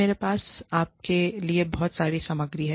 मेरे पास आपके लिए बहुत सारी सामग्री है